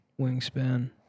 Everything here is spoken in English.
wingspan